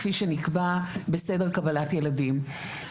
כפי שנקבע בסדר קבלת ילדים.